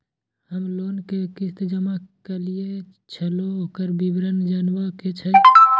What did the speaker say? हम लोन के किस्त जमा कैलियै छलौं, ओकर विवरण जनबा के छै?